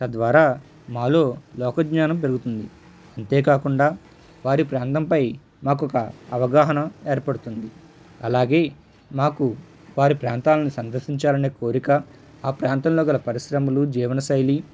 తద్వారా మాలో లోకజ్ఞానం పెరుగుతుంది అంతే కాకుండా వారి ప్రాంతంపై మాకు ఒక అవగాహన ఏర్పడుతుంది అలాగే మాకు వారి ప్రాంతాలని సందర్శించాలనే కోరిక ఆ ప్రాంతంలో గల పరిశ్రమలు జీవనశైలి